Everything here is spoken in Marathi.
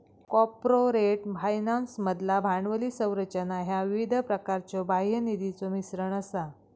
कॉर्पोरेट फायनान्समधला भांडवली संरचना ह्या विविध प्रकारच्यो बाह्य निधीचो मिश्रण असा